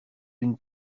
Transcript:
d’une